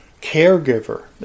caregiver